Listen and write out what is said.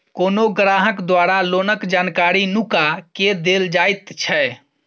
कोनो ग्राहक द्वारा लोनक जानकारी नुका केँ देल जाएत छै